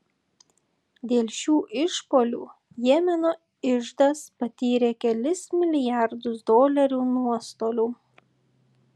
dėl šių išpuolių jemeno iždas patyrė kelis milijardus dolerių nuostolių